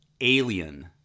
alien